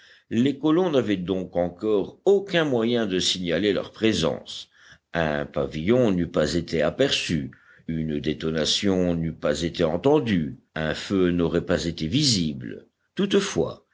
les colons n'avaient donc encore aucun moyen de signaler leur présence un pavillon n'eût pas été aperçu une détonation n'eût pas été entendue un feu n'aurait pas été visible toutefois